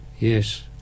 Yes